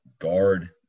guard